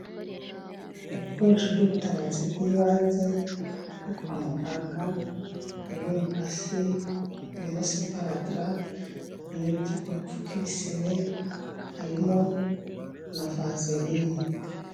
Ibikoresho by'ubutabazi bw'ibanze bwo kwa muganga: harimo umukasi, harimo separadira, harimo ibipfuko bipfuka ibisebe, harimo na vazeline.